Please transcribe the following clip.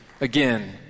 again